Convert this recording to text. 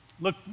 look